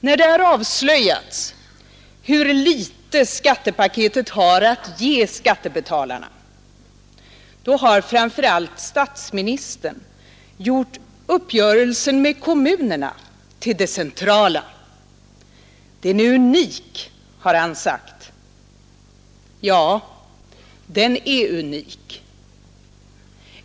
När det har avslöjats hur litet skattepaketet har att ge skattebetalarna har framför allt statsministern gjort uppgörelsen med kommunerna till det centrala. Den är unik, har han sagt. Ja, den är unik.